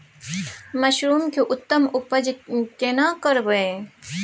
Mushroom के उत्तम उपज केना करबै?